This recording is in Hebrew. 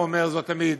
הוא אומר זאת תמיד,